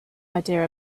idea